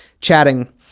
chatting